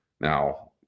Now